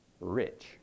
rich